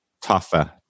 tougher